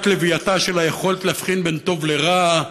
לווייתה של היכולת להבחין בין טוב לרע,